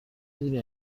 میدونی